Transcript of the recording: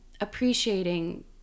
appreciating